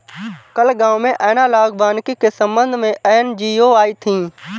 कल गांव में एनालॉग वानिकी के संबंध में एन.जी.ओ आई थी